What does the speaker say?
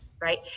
right